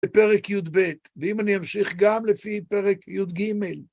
בפרק יב, ואם אני אמשיך גם לפי פרק יג,